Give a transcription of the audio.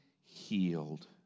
healed